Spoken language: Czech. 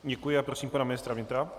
Děkuji a prosím pana ministra vnitra.